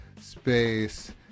Space